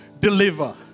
deliver